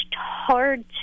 hard